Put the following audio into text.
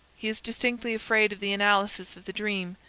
he is distinctly afraid of the analysis of the dream.